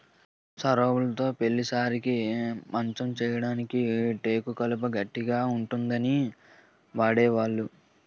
సరాబులుతో పెళ్లి సారెకి మంచం చేయించడానికి టేకు కలప గట్టిగా ఉంటుందని వాడేవాళ్లు